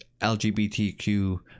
LGBTQ